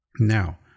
Now